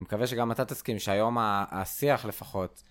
מקווה שגם אתה תסכים שהיום השיח לפחות.